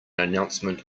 announcement